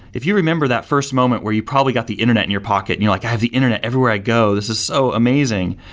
if you remember that first moment where you probably got the internet in your pocket and you're like, i have the internet everywhere i go. this is so amazing.